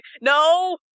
no